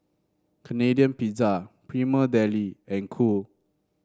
Canadian Pizza Prima Deli and Cool